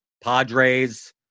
Padres